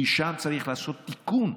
כי שם צריך לעשות תיקון,